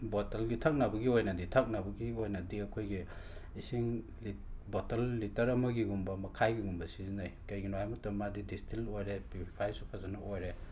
ꯕꯣꯇꯜꯒꯤ ꯊꯛꯅꯕꯒꯤ ꯑꯣꯏꯅꯗꯤ ꯊꯛꯅꯕꯒꯤ ꯑꯣꯏꯅꯗꯤ ꯑꯩꯈꯣꯏꯒꯤ ꯏꯁꯤꯡ ꯂꯤꯠ ꯕꯣꯇꯜ ꯂꯤꯇꯔ ꯑꯃꯒꯤꯒꯨꯝꯕ ꯃꯈꯥꯏꯒꯤꯒꯨꯝꯕ ꯁꯤꯖꯤꯟꯅꯩ ꯀꯩꯒꯤꯅꯣ ꯍꯥꯏꯕ ꯃꯇꯝ ꯃꯥꯗꯤ ꯗꯤꯁꯇꯤꯜ ꯑꯣꯏꯔꯦ ꯄ꯭ꯌꯨꯔꯤꯐꯥꯏꯁꯨ ꯐꯖꯅ ꯑꯣꯏꯔꯦ